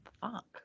fuck